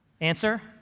Answer